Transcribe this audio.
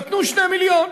נתנו 2 מיליון.